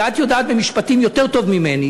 ואת יודעת משפטים יותר טוב ממני,